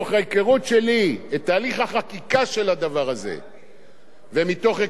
הדבר הזה ומתוך היכרות שיש לי עם הטענות